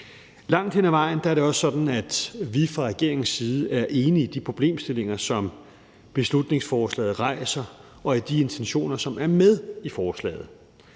Langt hen ad vejen er det også sådan, at vi fra regeringens side er enig i de problemstillinger, som beslutningsforslaget rejser, og i de intentioner, som er med i forslaget.